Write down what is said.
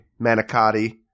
Manicotti